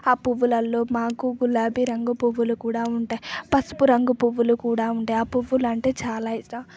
ఆ పువ్వులలో మాకు గులాబీ రంగు పువ్వులు కూడా ఉంటాయి పసుపు రంగు పువ్వులు కూడా ఉంటాయి ఆ పువ్వులు అంటే చాలా ఇష్టం